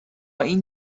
این